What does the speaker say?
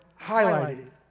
highlighted